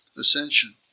ascension